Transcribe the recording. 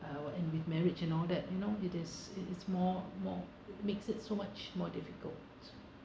err what and with marriage and all that you know it is it is more more makes it so much more difficult